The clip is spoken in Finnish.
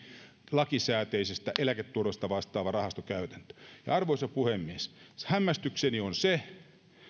lakisääteisestä eläketurvasta vastaava rahastokäytäntö arvoisa puhemies hämmästykseni on se että